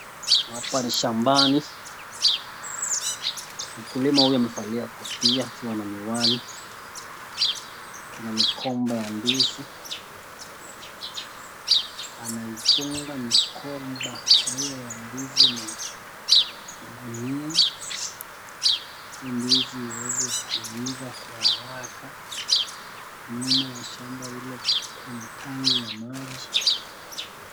Hapa ni shambani. Mkulima huyu amevalia kofia akiwa na miwani. Kuna migomba ya ndizi. Anaifunga migomba hiyo ya ndizi na gunia ili ndizi iweze kuiva kwa haraka. Nyuma ya shamba hilo kuna tangi ya maji.